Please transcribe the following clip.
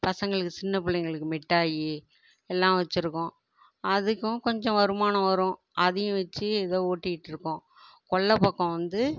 பசங்களுக்குச் சின்ன பிள்ளைங்களுக்கு மிட்டாய் எல்லாம் வச்சுருக்கோம் அதுக்கும் கொஞ்சம் வருமானம் வரும் அதையும் வச்சு எதோ ஓட்டிக்கிட்டு இருக்கோம் கொல்லைப்பக்கம் வந்து